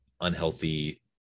unhealthy